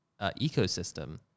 ecosystem